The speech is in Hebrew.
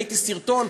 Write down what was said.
ראיתי סרטון,